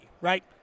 right